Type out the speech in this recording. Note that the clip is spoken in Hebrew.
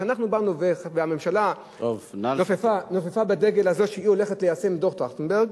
כשאנחנו באנו והממשלה נופפה בדגל הזה שהיא הולכת ליישם את דוח-טרכטנברג,